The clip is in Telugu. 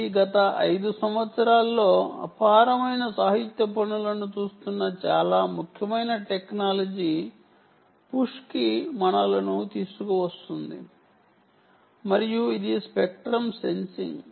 ఇది గత 5 సంవత్సరాల్లో అపారమైన సాహిత్య పనులను చూస్తున్న చాలా ముఖ్యమైన టెక్నాలజీ పుష్ కి మనలను తీసుకువస్తుంది మరియు ఇది స్పెక్ట్రం సెన్సింగ్